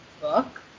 book